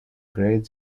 great